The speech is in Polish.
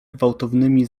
gwałtownymi